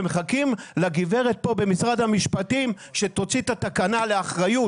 ומחכים לגברת פה במשרד המשפטים שתוציא את התקנה לאחריות